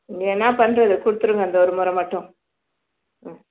ம் என்ன பண்ணுறது கொடுத்துருங்க இந்த ஒருமுறை மட்டும் ம்